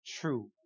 true